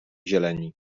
zieleni